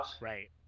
Right